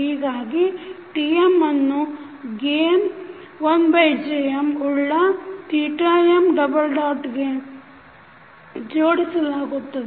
ಹೀಗಾಗಿ Tm ಅನ್ನು 1Jm ಉಳ್ಳ m ಗೆ ಜೋಡಿಸಲಾಗುತ್ತದೆ